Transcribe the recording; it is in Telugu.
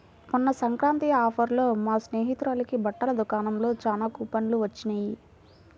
మొన్న సంక్రాంతి ఆఫర్లలో మా స్నేహితురాలకి బట్టల దుకాణంలో చానా కూపన్లు వొచ్చినియ్